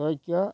Tokyo